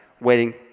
waiting